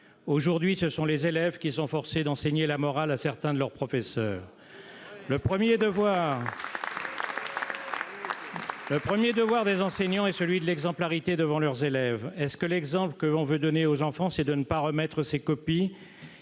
Aujourd'hui, ce sont les élèves qui sont forcés enseigner la morale à certains de leurs professeurs. Le premier devoir des enseignants est celui de l'exemplarité devant leurs élèves. L'exemple que l'on veut donner aux enfants est-il celui de ne pas remettre ses copies ?